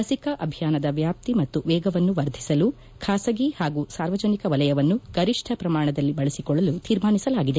ಲಸಿಕಾ ಅಭಿಯಾನದ ವ್ಯಾಪ್ತಿ ಮತ್ತು ವೇಗವನ್ನು ವರ್ಧಿಸಲು ಖಾಸಗಿ ಹಾಗೂ ಸಾರ್ವಜನಿಕ ವಲಯವನ್ನು ಗರಿಷ್ಠ ಪ್ರಮಾಣದಲ್ಲಿ ಬಳಸಿಕೊಳ್ಳಲು ತೀರ್ಮಾನಿಸಲಾಗಿದೆ